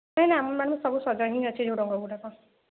ନାଁ ନାଁ ମାନେ ସବୁ ସଜ ହିଁ ଅଛି ଝୁଡଙ୍ଗ ଗୁଡ଼ାକ